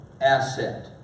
asset